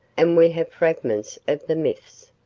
and we have fragments of the myths.